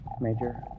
Major